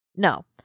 no